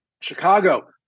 Chicago